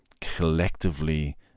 collectively